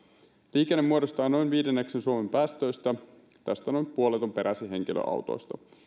liikenne muodostaa noin viidenneksen suomen päästöistä ja tästä noin puolet on peräisin henkilöautoista